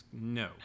No